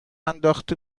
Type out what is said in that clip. انداخته